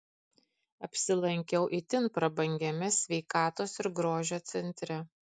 apsilankiau itin prabangiame sveikatos ir grožio centre